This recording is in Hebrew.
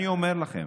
אני אומר לכם